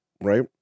right